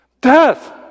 Death